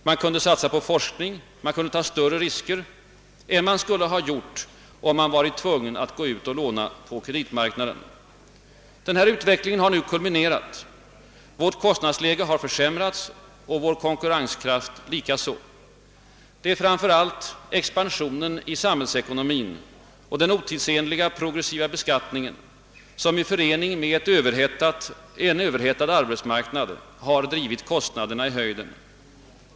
Man kunde satsa på forskning, man kunde ta större risker än man skulle ha gjort, om man varit tvungen att gå ut och låna på kreditmarknaden. Denna utveckling har nu kulminerat. Vårt kostnadsläge har försämrats och vår konkurrenskraft likaså. Det är framför allt expansionen i samhällsekonomin och den otidsenliga progressiva beskattningen som i förening med en överhettad arbetsmarknad har drivit kostnaderna i höjden.